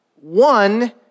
One